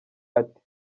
ati